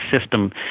system